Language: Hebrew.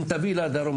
אם תביא לדרום,